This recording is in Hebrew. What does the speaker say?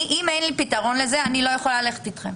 אם אין לי פתרון לזה, אני לא יכולה ללכת איתם.